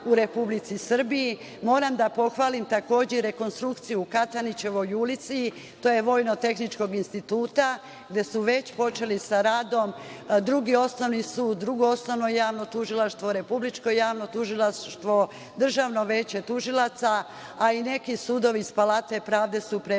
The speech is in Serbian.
u Republici Srbiji. Moram da pohvalim, takođe, i rekonstrukciju u Katanićevoj ulici, tj. Vojno-tehničkog instituta, gde su već počeli sa radom Drugi osnovni sud, Drugo osnovno javno tužilaštvo, Republičko javno tužilaštvo, Državno veće tužilaca, a i neki sudovi iz Palate Pravde su prebačeni.